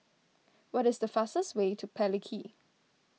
what is the fastest way to Palikir